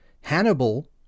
Hannibal